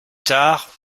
tard